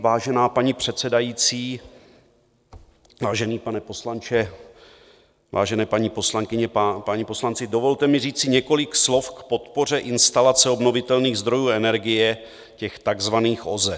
Vážená paní předsedající, vážený pane poslanče, vážené paní poslankyně, páni poslanci, dovolte mi říci několik slov k podpoře instalace obnovitelných zdrojů energie, těch takzvaných OZE.